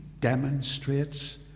demonstrates